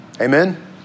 Amen